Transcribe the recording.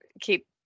keep